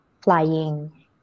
flying